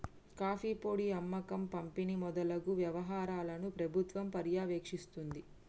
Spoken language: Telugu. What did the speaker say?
కాఫీ పొడి అమ్మకం పంపిణి మొదలగు వ్యవహారాలను ప్రభుత్వం పర్యవేక్షిస్తుంది